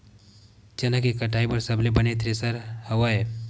चना के कटाई बर सबले बने थ्रेसर हवय?